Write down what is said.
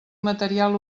material